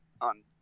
on